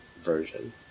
version